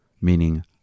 meaning